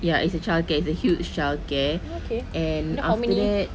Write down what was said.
ya it's a child care it's a huge child care and after that